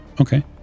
Okay